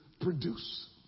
produce